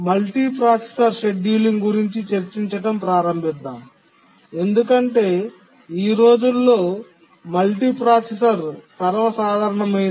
multiprocessor scheduling గురించి చర్చించటం ప్రారంభిద్దాం ఎందుకంటే ఈ రోజుల్లో మల్టీప్రాసెసర్ సర్వసాధారణమైంది